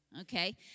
okay